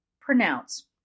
pronounce